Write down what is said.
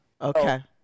Okay